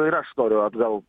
ir aš noriu atgal